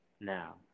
now